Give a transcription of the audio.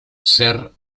ser